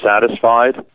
satisfied